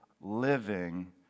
living